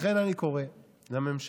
לכן אני קורא לממשלה